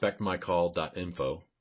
expectmycall.info